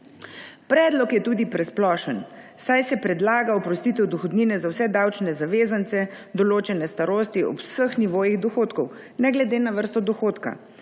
Predlog je tudi presplošen, saj se predlaga oprostitev dohodnine za vse davčne zavezance določene starosti ob veh nivojih dohodkov, ne glede na vrsto dohodka,